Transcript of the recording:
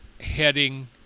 heading